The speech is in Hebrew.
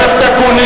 חבר הכנסת אקוניס.